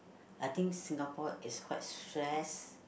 I think Singapore is quite stressed